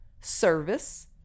service